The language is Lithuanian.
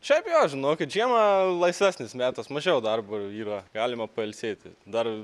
šiaip jo žinokit žiemą laisvesnis metas mažiau darbo yra galima pailsėti dar